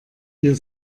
ihr